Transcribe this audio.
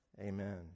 Amen